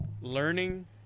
learning